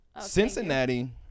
Cincinnati